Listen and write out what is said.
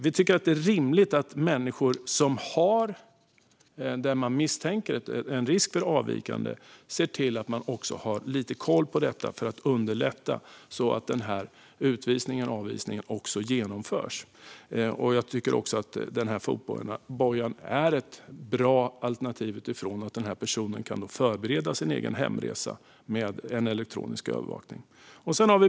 Vi tycker att det är rimligt att när det gäller människor som man misstänker riskerar att avvika se till att ha lite koll för att underlätta så att utvisningen eller avvisningen kan genomföras. Jag tycker också att fotbojan är ett bra alternativ med tanke på att personen då kan förbereda sin egen hemresa med elektronisk övervakning.